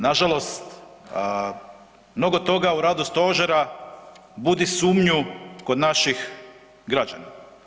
Nažalost, mnogo toga u radu stožera budi sumnju kod naših građana.